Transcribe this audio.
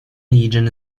region